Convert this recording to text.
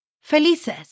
felices